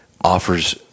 offers